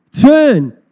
turn